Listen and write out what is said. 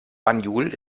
banjul